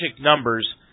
numbers